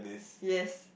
yes